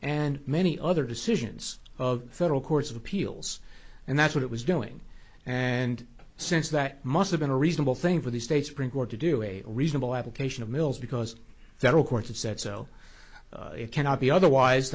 and many other decisions of federal courts of appeals and that's what it was doing and since that must have been a reasonable thing for the state supreme court to do a reasonable application of mills because that all courts have said so it cannot be otherwise